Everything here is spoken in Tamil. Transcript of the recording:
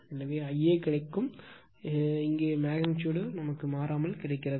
எனவே Ia கிடைத்தது இங்கே மெக்னிட்யூடு மாறாமல் கிடைக்கிறது